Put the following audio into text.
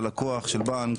על לקוח של בנק